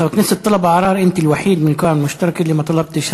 חבר הכנסת טלב אבו עראר, (אומר דברים בערבית: